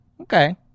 Okay